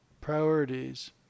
priorities